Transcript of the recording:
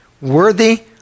Worthy